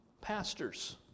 pastors